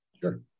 Sure